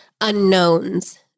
unknowns